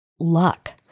luck